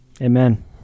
amen